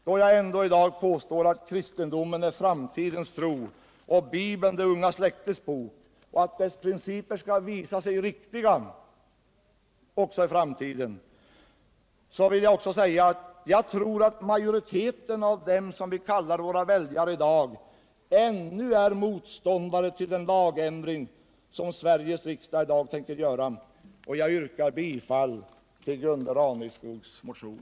Då jag ändå i dag påstår att kristendomen är framtidens tro och Bibeln det unga släktets bok, och att dessa principer skall visa sig riktiga också i framtiden, tror jag att majoriteten av dem som vi kallar våra väljare ännu är motståndare till den lagändring som Sveriges riksdag tänker besluta om. Jag yrkar bifall till Gunde Raneskogs reservation.